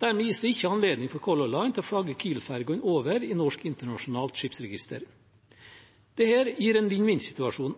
Dermed gis det ikke anledning for Color Line til å flagge Kiel-fergen over i Norsk Internasjonalt Skipsregister. Dette gir en